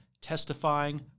testifying